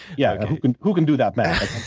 yeah and who can do that math?